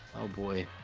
oh boy